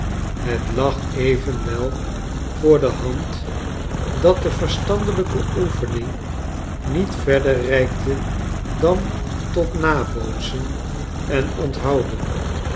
het lag evenwel voor de hand dat de verstandelijke oefening niet verder reikte dan tot nabootsen en onthouden